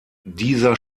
dieser